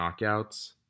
knockouts